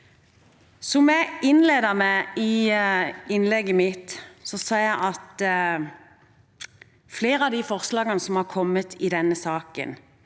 Som jeg innledet med i innlegget mitt: Hvis flere av de forslagene som er kommet i denne saken,